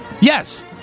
Yes